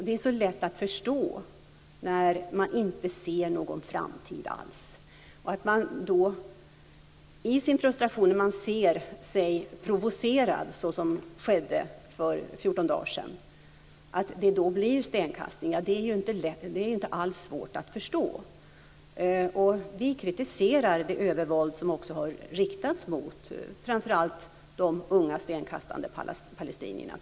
Det är så lätt att förstå att det blir stenkastning när man inte ser någon framtid alls och när man i sin frustration ser sig provocerad så som skedde för 14 dagar sedan. Det är inte alls svårt att förstå. Vi kritiserar det övervåld som har riktats mot framför allt de unga stenkastande palestinierna.